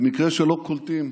במקרה שלא קולטים,